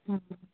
हम्म